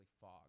fog